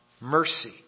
Mercy